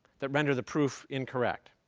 that render the proof incorrect.